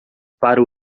para